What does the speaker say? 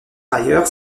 ailleurs